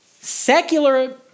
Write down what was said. secular